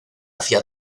hacia